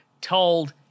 told